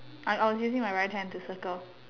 I'm I was using my right hand to circle